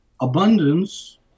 abundance